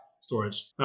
storage